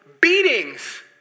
beatings